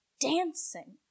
dancing